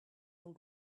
old